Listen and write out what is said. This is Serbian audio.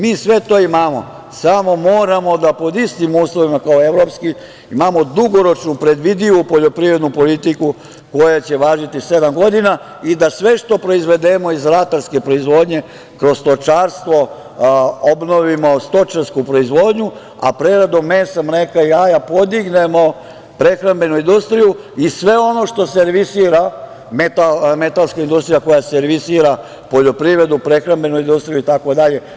Mi sve to imamo, samo moramo da pod istim uslovima kao i evropskim, imamo dugoročnu predvidivu poljoprivrednu politiku koja će važiti sedam godina i da sve što proizvedemo iz ratarske proizvodnje kroz stočarstvo obnovimo stočarsku proizvodnju, a preradom mesa, mleka i jaja podignemo prehrambenu industriju i sve ono što servisira metalska industrija, koja servisira poljoprivredu, prehrambenu industriju, itd.